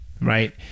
right